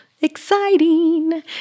Exciting